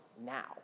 now